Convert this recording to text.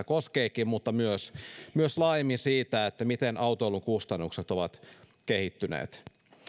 koskeekin mutta myös myös laajemmin siitä miten autoilun kustannukset ovat kehittyneet